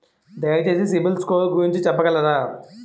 దయచేసి CIBIL score గురించి చెప్పగలరా?